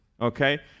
okay